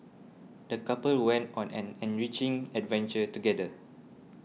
the couple went on an enriching adventure together